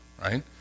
Right